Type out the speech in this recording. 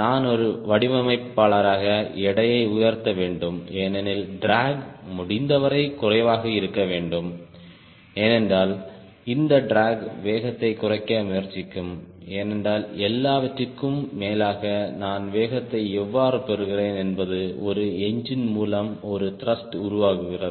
நான் ஒரு வடிவமைப்பாளராக எடையை உயர்த்த வேண்டும் ஏனெனில் ட்ராக் முடிந்தவரை குறைவாக இருக்க வேண்டும் ஏனென்றால் இந்த ட்ராக் வேகத்தை குறைக்க முயற்சிக்கும் ஏனென்றால் எல்லாவற்றிற்கும் மேலாக நான் வேகத்தை எவ்வாறு பெறுகிறேன் என்பது ஒரு என்ஜின் மூலம் ஒரு த்ருஷ்ட்யை உருவாக்குகிறது